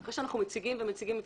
אחרי שאנחנו מציגים ומציגים.